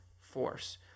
force